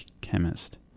chemist